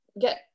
get